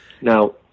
Now